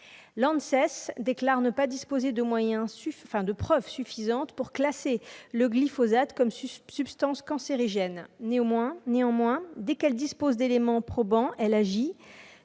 travail, déclare ne pas disposer de preuves suffisantes pour classer le glyphosate comme substance cancérigène. Néanmoins, dès qu'elle dispose d'éléments probants, elle agit,